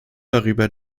darüber